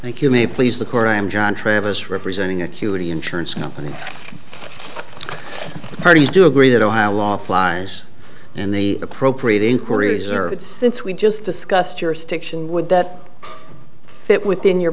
thank you may please the court i am john travis representing acuity insurance company parties do agree that ohio law applies and the appropriate in koreas are since we just discussed jurisdiction would that fit within your